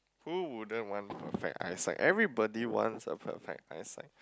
who wouldn't want perfect eyesight everybody wants a perfect eyesight